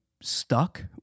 stuck